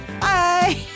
Bye